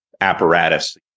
apparatus